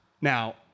Now